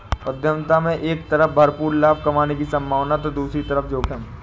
उद्यमिता में एक तरफ भरपूर लाभ कमाने की सम्भावना होती है तो दूसरी तरफ जोखिम